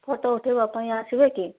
photo ଉଠେଇବା ପାଇଁ ଆସିବେକି